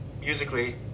musically